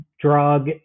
drug